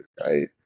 right